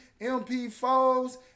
MP4s